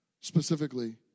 specifically